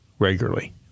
Regularly